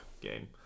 game